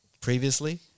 previously